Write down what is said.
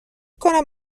کنم